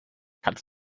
kannst